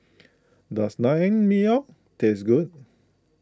does Naengmyeon taste good